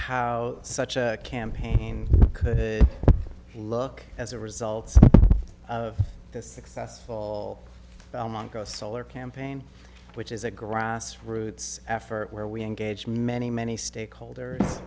how such a campaign could look as a result of this successful film onco solar campaign which is a grassroots effort where we engage many many stakeholders